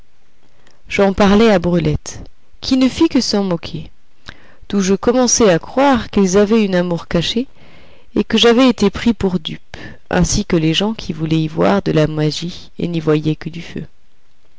j'en parlai à brulette qui ne fit que s'en moquer d'où je commençai à croire qu'ils avaient une amour cachée et que j'avais été pris pour dupe ainsi que les gens qui voulaient y voir de la magie et n'y voyaient que du feu